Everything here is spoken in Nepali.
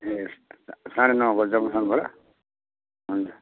ए साढे नौ बज्दा उठ्नुपर्यो हुन्छ